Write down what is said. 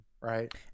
right